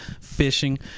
fishing